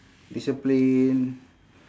discipline